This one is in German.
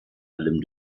allem